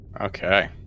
Okay